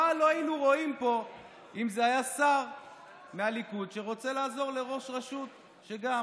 מה לא היינו רואים פה אם זה היה שר מהליכוד שרוצה לעזור לראש רשות שגם